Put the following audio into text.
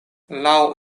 laŭ